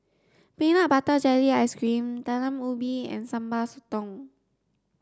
peanut butter jelly ice cream Talam Ubi and Sambal Sotong